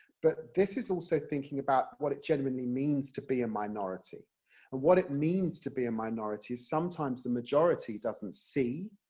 but this is also thinking about what it genuinely means to be a minority. and what it means to be a minority is sometimes the majority doesn't see,